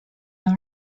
our